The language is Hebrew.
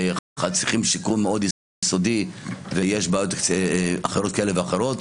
שצריכים שיקום מאוד יסודי ויש בעיות כאלה ואחרות.